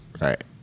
Right